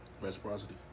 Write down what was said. Reciprocity